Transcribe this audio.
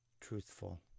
truthful